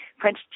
French